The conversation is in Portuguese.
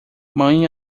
mãe